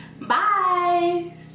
bye